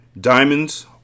Diamonds